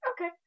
Okay